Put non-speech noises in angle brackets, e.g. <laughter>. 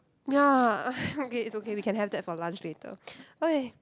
ya <noise> okay it's okay we can have that for lunch later okay